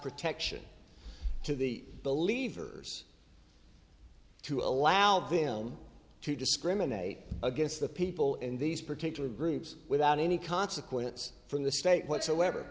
protection to the believers to allow them to discriminate against the people in these particular groups without any consequence from the state whatsoever